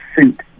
suit